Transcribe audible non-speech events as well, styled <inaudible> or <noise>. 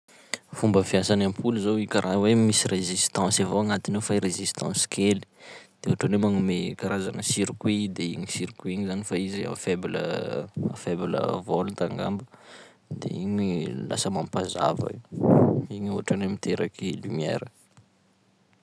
Fomba fiasan'ny ampoly zao i karaha hoe misy résistance avao agnatiny ao fa résistance kely de otrany hoe magnome karazana circuit i, de igny circuit igny zany fa izy faible <hesitation> faible volte angamba, de igny lasa mampazava, <noise> igny ohatran'ny hoe miteraky lumière.